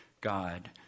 God